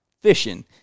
fishing